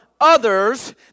others